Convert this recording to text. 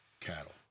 cattle